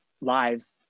lives